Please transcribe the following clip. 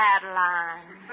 Adeline